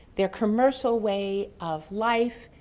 their commercial way of life,